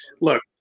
look